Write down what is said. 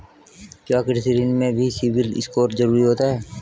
क्या कृषि ऋण में भी सिबिल स्कोर जरूरी होता है?